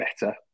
better